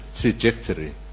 trajectory